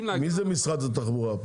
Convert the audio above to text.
מי כאן ממשרד התחבורה?